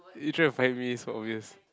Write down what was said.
you trying to fight me so obvious